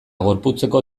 gorputzeko